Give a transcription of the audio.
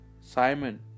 Simon